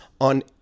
on